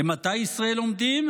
אימתי ישראל עומדים,